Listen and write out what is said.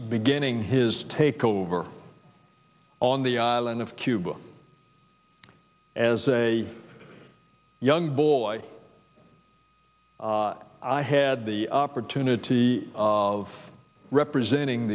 beginning his takeover on the island of cuba as a young boy i had the opportunity of representing